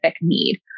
need